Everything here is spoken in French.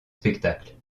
spectacles